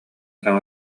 саҥа